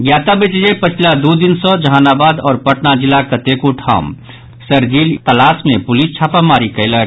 ज्ञातव्य अछि जे पछिला दू दिन सँ जहानाबाद आओर पटना जिलाक कतेको ठाम शरजीलक तलाश मे पुलिस छापामारी कयलक